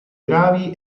gravi